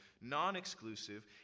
non-exclusive